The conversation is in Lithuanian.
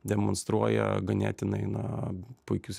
demonstruoja ganėtinai na puikius